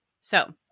So-